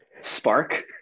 spark